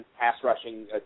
pass-rushing